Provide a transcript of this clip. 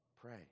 pray